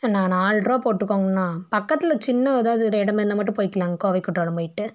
அண்ணா நால்ட் ருபாய் போட்டுக்கோங்ண்ணா பக்கத்தில் சின்ன எதாவது ஒரு இடம் இருந்தால் மட்டும் போய்கலாங்க கோவை குற்றாலம் போயிட்டு